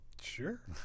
Sure